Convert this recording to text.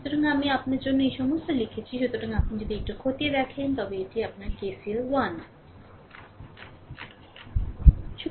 সুতরাং আমি আপনার জন্য এই সমস্ত লিখেছে সুতরাং আপনি যদি এটি খতিয়ে দেখেন তবে এটি আপনার KCL 1